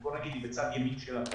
זה בצד ימין של ה טבלה.